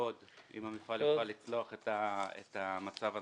מאוד אם המפעל יוכל לצלוח את המצב הנוכחי.